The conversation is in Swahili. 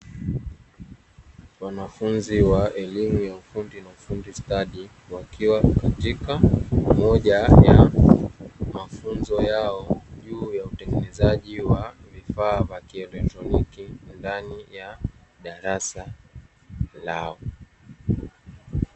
Wanafunzi wa elimu ya ufundi na ufundi stadi, wakiwa katika moja ya mafunzo yao juu ya utengenezaji wa vifaa vya kielektroniki, ndani ya darasa lao.